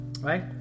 right